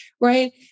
right